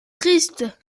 triste